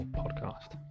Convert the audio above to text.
podcast